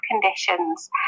conditions